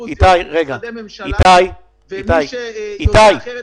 --- מי שאומר אחרת,